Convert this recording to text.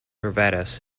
barbados